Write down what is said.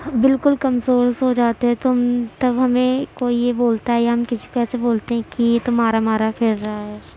بالکل کمزور سے ہو جاتے ہیں تو ہم تب ہمیں کوئی یہ بولتا ہے یا ہم کسی کو ایسے بولتے ہیں کہ یہ تو مارا مارا پھر رہا ہے